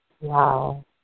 Wow